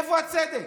איפה הצדק?